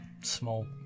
small